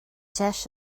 deis